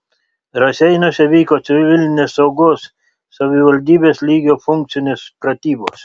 raseiniuose vyko civilinės saugos savivaldybės lygio funkcinės pratybos